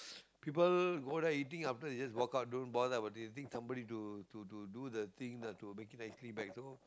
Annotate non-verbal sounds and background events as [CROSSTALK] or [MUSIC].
[BREATH] people go there eating after that they just walk out don't bother about this they think somebody to to to do the thing to make it nicely back so